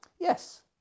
yes